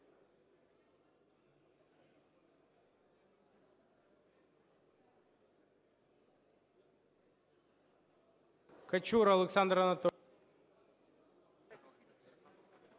Качура Олександр Анатолійович.